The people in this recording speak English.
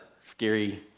scary